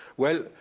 well,